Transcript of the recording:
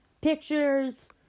pictures